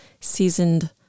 seasoned